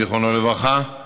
זיכרונו לברכה,